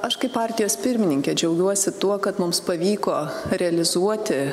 aš kaip partijos pirmininkė džiaugiuosi tuo kad mums pavyko realizuoti